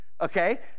okay